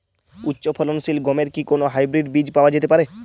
উচ্চ ফলনশীল গমের কি কোন হাইব্রীড বীজ পাওয়া যেতে পারে?